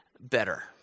Better